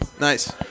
Nice